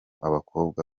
abakobwa